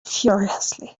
furiously